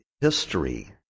history